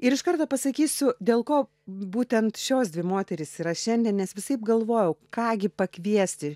ir iš karto pasakysiu dėl ko būtent šios dvi moterys yra šiandien nes visaip galvojau ką gi pakviesti